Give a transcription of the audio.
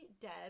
dead